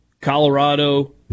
Colorado